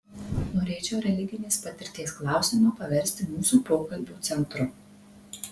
norėčiau religinės patirties klausimą paversti mūsų pokalbio centru